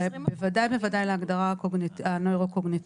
בוודאי ובוודאי להגדרה הנוירו-קוגניטיבית.